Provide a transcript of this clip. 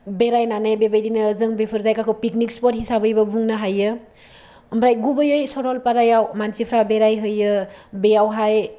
बेरायनानै बेबायदिनो जों बेफोर जायगाखौ पिकनिक स्पट हिसाबैबो बुंनो हायो आमफ्राय गुबैयै सरलपारायाव मानसिफ्रा बेराय हैयो बेयावहाय